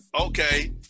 Okay